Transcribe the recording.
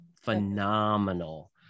phenomenal